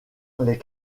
les